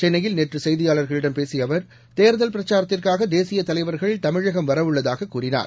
சென்னையில் நேற்றுசெய்தியாளா்களிடம் பேசியஅவா் தோ்தல் பிரசாரத்திற்காகதேசியதலைவா்கள் தமிழகம் வரவுள்ளதாககூறினார்